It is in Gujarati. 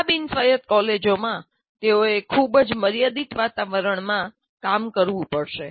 આ બિન સ્વાયત કોલેજોમાં તેઓએ ખૂબ જ મર્યાદિત વાતાવરણમાં કામ કરવું પડશે